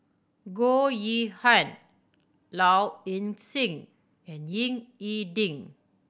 Goh Yihan Low Ing Sing and Ying E Ding